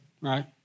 right